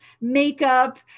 makeup